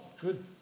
Good